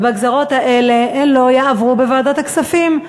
והגזירות האלה לא יעברו בוועדת הכספים.